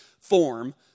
form